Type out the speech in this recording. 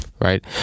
right